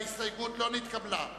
ההסתייגות לא נתקבלה.